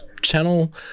channel